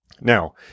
Now